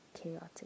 chaotic